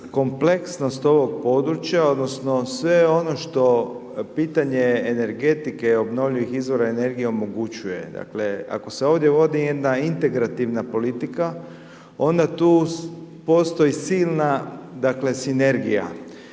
kompleksnost ovog područja odnosno sve ono što pitanje energetike, obnovljivih izvora energije omogućuje, dakle ako se ovdje vodi jedna integrativna politika, onda tu postoji silna dakle sinergija.